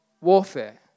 warfare